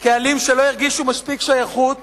קהלים שלא הרגישו מספיק שייכות